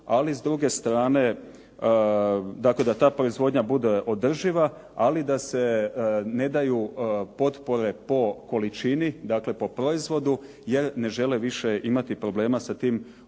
ali s druge strane tako da ta proizvodnja bude održiva, ali da se ne daju potpore po količini, dakle po proizvodu jer ne žele više imati problema sa tim ogromnim